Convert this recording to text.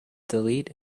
delete